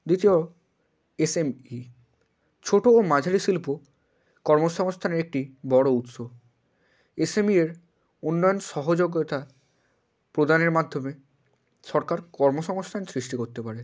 দ্বিতীয় এসএমই ছোটো ও মাঝারি শিল্প কর্মসংস্থানের একটি বড়ো উৎস এসএমই এর উন্নয়ন সহযোগিতা প্রদানের মাধ্যমে সরকার কর্মসংস্থান সৃষ্টি করতে পারে